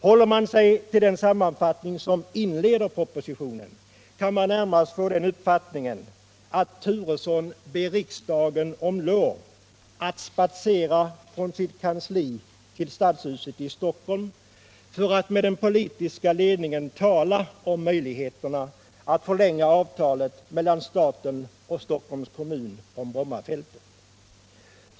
Håller man sig till den sammanfattning som inleder propositionen kan man närmast få den uppfattningen att Bo Turesson ber riksdagen om lov att spatsera från sitt kansli till stadshuset i Stockholm för att med den politiska ledningen tala om möjligheterna att förlänga avtalet mellan staten och Stockholms kommun om Bromma flygfält.